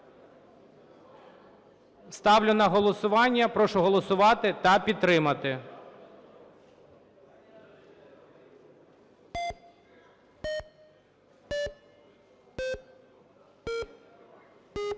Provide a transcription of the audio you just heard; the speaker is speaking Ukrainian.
Ставлю на голосування, прошу голосувати та підтримати.